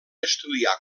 estudiar